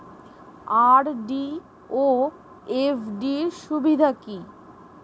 RD ও FD র সুবিধা কি?